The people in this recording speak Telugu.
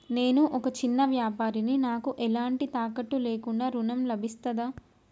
నేను ఒక చిన్న వ్యాపారిని నాకు ఎలాంటి తాకట్టు లేకుండా ఋణం లభిస్తదా?